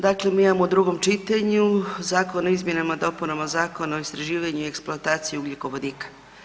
Dakle, mi imamo u drugom čitanju Zakon o izmjenama, dopunama Zakona o istraživanju i eksploataciji ugljikovodika.